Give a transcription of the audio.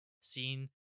seen